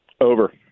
over